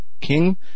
King